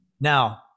now